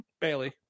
Bailey